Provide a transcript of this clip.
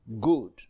good